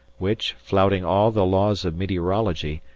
which, flouting all the laws of meteorology,